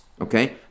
Okay